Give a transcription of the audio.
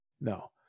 No